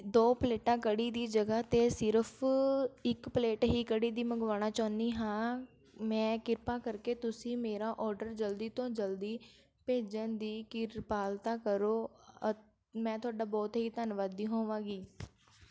ਦੋ ਪਲੇਟਾਂ ਕੜੀ ਦੀ ਜਗ੍ਹਾ 'ਤੇ ਸਿਰਫ ਇੱਕ ਪਲੇਟ ਹੀ ਕੜੀ ਦੀ ਮੰਗਵਾਉਣਾ ਚਾਹੁੰਦੀ ਹਾਂ ਮੈਂ ਕਿਰਪਾ ਕਰਕੇ ਤੁਸੀਂ ਮੇਰਾ ਔਡਰ ਜਲਦੀ ਤੋਂ ਜਲਦੀ ਭੇਜਣ ਦੀ ਕਿਰਪਾਲਤਾ ਕਰੋ ਅਤ ਮੈਂ ਤੁਹਾਡਾ ਬਹੁਤ ਹੀ ਧੰਨਵਾਦੀ ਹੋਵਾਂਗੀ